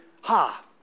Ha